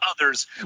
others